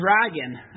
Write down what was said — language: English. dragon